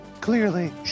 clearly